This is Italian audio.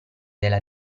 della